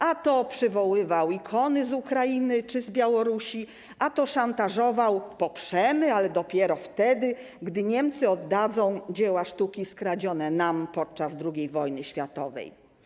A to przywoływał ikony z Ukrainy czy z Białorusi, a to szantażował: poprzemy, ale dopiero wtedy, gdy Niemcy oddadzą dzieła sztuki skradzione nam podczas II wojny światowej.